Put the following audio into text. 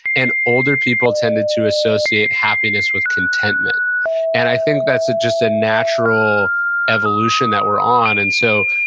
and older people tended to associate happiness with contentment and i think that's just a natural evolution that we're on. and so,